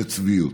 זה צביעות.